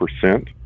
percent